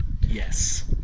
Yes